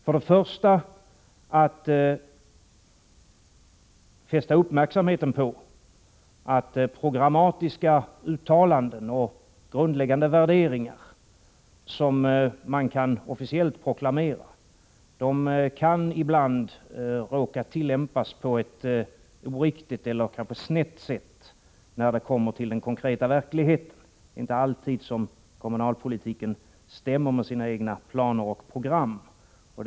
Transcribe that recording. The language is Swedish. Mitt första syfte var att fästa uppmärksamheten på att programmatiska uttalanden och grundläggande värderingar, som officiellt proklameras, ibland kan råka tillämpas på ett oriktigt eller kanske snett sätt när det kommer till den konkreta verkligheten. Det är inte alltid som kommunalpolitiken stämmer med de egna planerna och programmen.